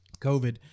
COVID